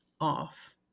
off